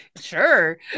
Sure